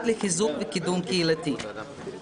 באלימות, בסמים ובאלכוהול לוועדת הפנים.